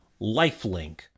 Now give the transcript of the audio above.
lifelink